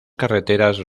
carreteras